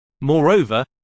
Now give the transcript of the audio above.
Moreover